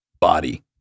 body